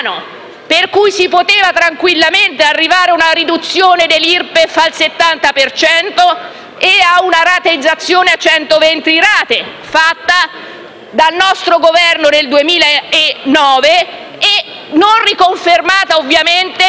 per cui si poteva tranquillamente arrivare a una riduzione dell'IRPEF al 70 per cento e a una rateizzazione a 120 rate, fatta dal nostro Governo nel 2009 e non riconfermata, ovviamente,